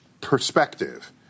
perspective